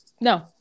No